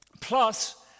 Plus